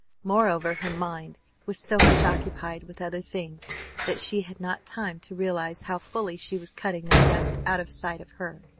moreover, her mind was so much occupied with other things that she had not time to realize how fully she was cutting their guest out of sight of her,